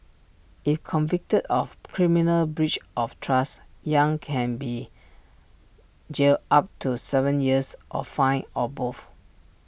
if convicted of criminal breach of trust yang can be jailed up to Seven years or fined or both